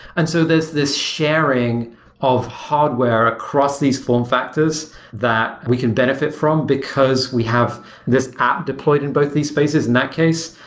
and so there's this sharing of hardware across these form factors that we can benefit from because we have this app deployed in both these spaces in that case,